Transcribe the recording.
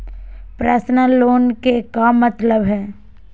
Personal loan के का मतलब हई?